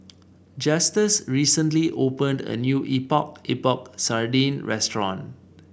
Justus recently opened a new Epok Epok Sardin restaurant